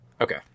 Okay